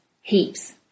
heaps